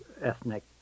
ethnic